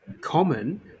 common